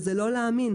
זה לא להאמין.